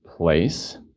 place